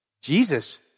Jesus